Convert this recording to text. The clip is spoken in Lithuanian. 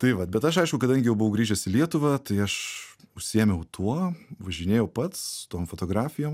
tai vat bet aš aišku kadangi jau buvau grįžęs į lietuvą tai aš užsiėmiau tuo važinėjau pats su tom fotografijom